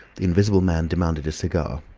the invisible man demanded a cigar.